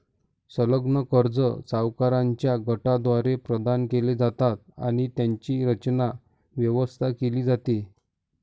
संलग्न कर्जे सावकारांच्या गटाद्वारे प्रदान केली जातात आणि त्यांची रचना, व्यवस्था केली जाते